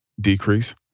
decrease